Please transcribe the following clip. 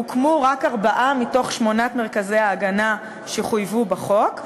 הוקמו רק ארבעה מתוך שמונת מרכזי ההגנה שחויבו בחוק,